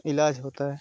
इलाज होता है